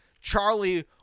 Charlie